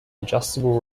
adjustable